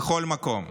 בכל מקום,